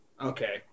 Okay